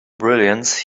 brilliance